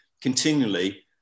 continually